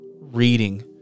Reading